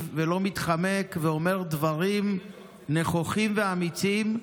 ולא מתחמק ואומר דברים נכוחים ואמיצים,